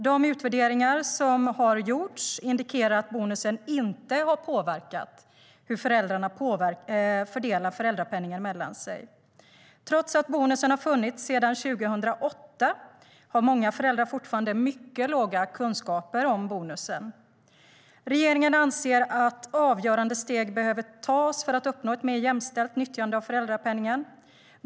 De utvärderingar som har gjorts indikerar att bonusen inte har påverkat hur föräldrarna fördelar föräldrapenningen mellan sig. Trots att bonusen funnits sedan 2008 har många föräldrar fortfarande mycket låga kunskaper om bonusen. Regeringen anser att avgörande steg behöver tas för att uppnå ett mer jämställt nyttjande av föräldrapenningen.